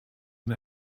mir